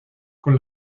con